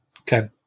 Okay